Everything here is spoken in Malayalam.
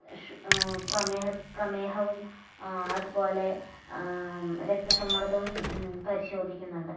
ഷു പ്രമേഹ പ്രമേഹവും അതുപോലെ രക്തസമ്മർദ്ദവും പരിശോധിക്കുന്നുണ്ട്